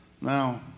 Now